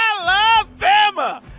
Alabama